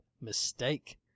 mistake